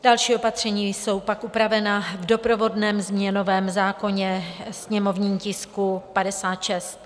Další opatření jsou pak upravena v doprovodném změnovém zákoně, ve sněmovním tisku 56.